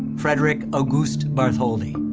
frederic auguste bartholdi.